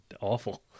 awful